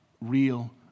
real